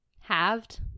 Halved